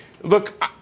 Look